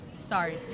Sorry